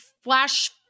flash